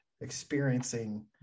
experiencing